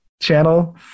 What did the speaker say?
channel